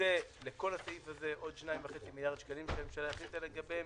מוקצה לכל הסעיף הזה עוד 2.5 מיליארד שקלים שהממשלה החליטה לגביהם,